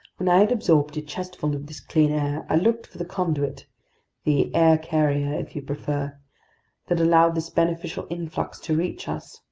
when i had absorbed a chestful of this clean air, i looked for the conduit the air carrier, if you prefer that allowed this beneficial influx to reach us,